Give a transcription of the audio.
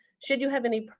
should you have any